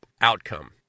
outcome